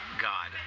God